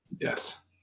yes